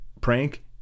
prank